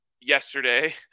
Yesterday